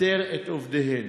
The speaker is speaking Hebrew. פיטורי עובדיהן.